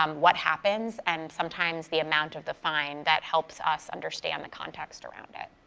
um what happens, and sometimes the amount of the fine, that helps us understand the context around it.